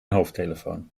hoofdtelefoon